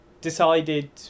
decided